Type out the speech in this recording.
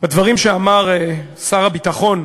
דברים שאמר שר הביטחון,